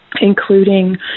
including